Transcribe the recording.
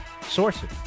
sources